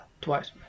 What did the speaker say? twice